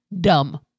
dumb